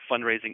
fundraising